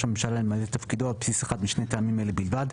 הממשלה למלא את תפקידו ועל בסיס אחד משני טעמים אלה בלבד,